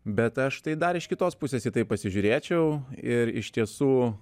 bet aš tai dar iš kitos pusės į tai pasižiūrėčiau ir iš tiesų